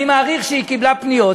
אני מעריך שהיא קיבלה פניות,